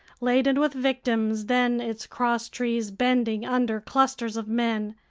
laden with victims, then its crosstrees bending under clusters of men,